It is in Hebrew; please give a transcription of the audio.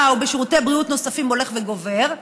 ובשירותי בריאות נוספים הולך וגובר,